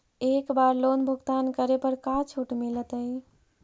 एक बार लोन भुगतान करे पर का छुट मिल तइ?